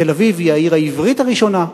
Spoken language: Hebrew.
תל-אביב היא העיר העברית הראשונה.